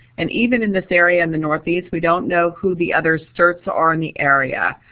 and even in this area in the northeast we don't know who the other certs are in the area.